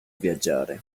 viaggiare